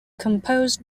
composed